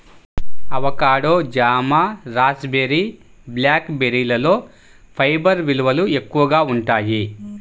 avocado, జామ, raspberry, black బెర్రీలలో fibre విలువలు ఎక్కువగా ఉంటాయి